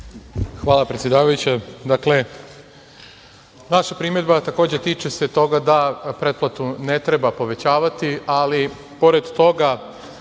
Hvala, predsedavajuća. Dakle, naša primedba takođe tiče se toga da pretplatu ne treba povećavati, ali pored toga